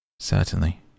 Certainly